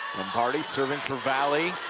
lombardi serving for valley.